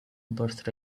birth